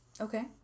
Okay